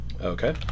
Okay